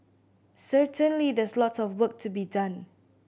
certainly there's lot of work to be done